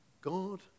God